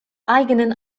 eigenen